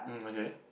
mm okay